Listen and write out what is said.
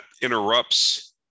interrupts